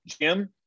Jim